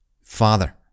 Father